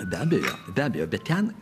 be abejo be abejo bet ten